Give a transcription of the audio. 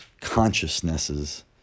consciousnesses